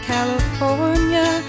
California